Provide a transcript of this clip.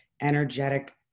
energetic